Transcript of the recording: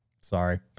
Sorry